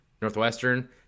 Northwestern